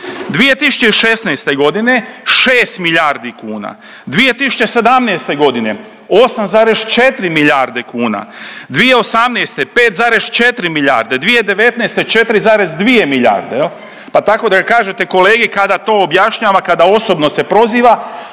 2016. 6 milijardi kuna, 2017.g. 8,4 milijarde kuna, 2018. 5,4 milijarde, 2019. 4,2 milijarde pa tako da kažete kolegi kada to objašnjava, kada osobno se proziva